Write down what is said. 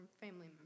family